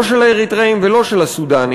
לא של האריתריאים ולא של הסודאנים.